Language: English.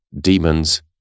demons